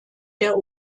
der